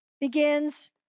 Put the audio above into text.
begins